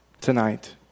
tonight